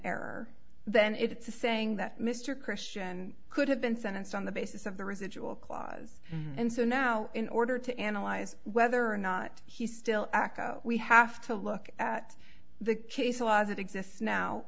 error then it's a saying that mr christian could have been sentenced on the basis of the residual clause and so now in order to analyze whether or not he still acco we have to look at the case law as it exists now